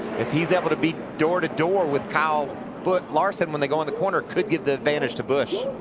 if he is able to be door to door with kyle but larson when they go to and the corner, could give the advantage to busch.